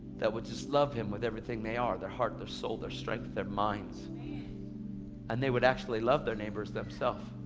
that would just love him with everything they are. their heart, their soul, their strength, their mind. and they would actually love their neighbors themselves.